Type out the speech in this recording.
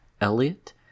elliot